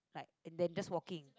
like and than just walking